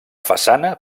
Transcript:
façana